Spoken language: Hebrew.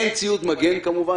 אין ציוד מגן כמובן,